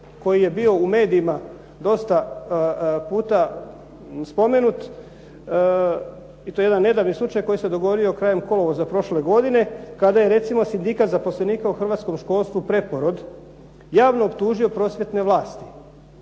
koji je bio u medijima dosta puta spomenut i to jedan nedavni slučaj koji se dogodio krajem kolovoza prošle godine kada je recimo sindikat zaposlenika u hrvatskom školstvu Preporod javno optužio prosvjetne vlasti